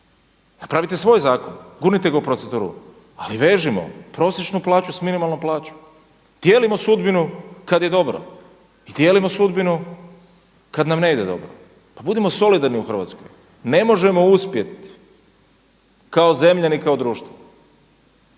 Napravite svoj zakon, gurnite ga u proceduru. Ali vežimo prosječnu plaću s minimalnom plaću. Dijelimo sudbinu kad je dobro i dijelimo sudbinu kad nam ne ide dobro. Pa budimo solidarni u Hrvatskoj. Ne možemo uspjeti ni kao zemlja, ni kao društvo